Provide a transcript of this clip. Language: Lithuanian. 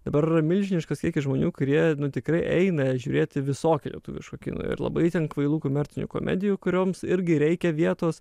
dabar yra milžiniškas kiekis žmonių kurie tikrai eina žiūrėti visokio lietuviško kino ir labai ten kvailų komercinių komedijų kurioms irgi reikia vietos